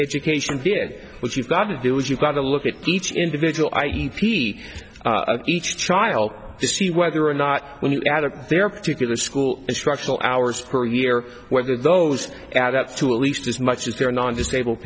education did what you've got to do is you've got to look at each individual i e each child to see whether or not when you add to their particular school instructional hours per year whether those add up to at least as much as their non disabled